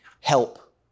help